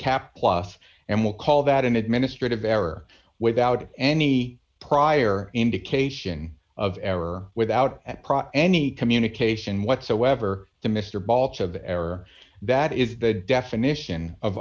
cap plus and we'll call that an administrative error without any prior indication of error without any communication whatsoever to mr baulch of the error that is the definition of